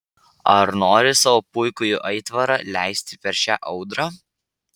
ar nori savo puikųjį aitvarą leisti per šią audrą